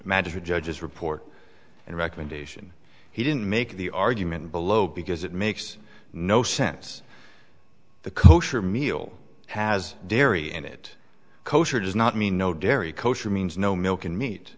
magistrate judges report and recommendation he didn't make the argument below because it makes no sense the kosher meal has dairy and it kosher does not mean no dairy kosher means no milk and meat